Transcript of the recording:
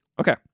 Okay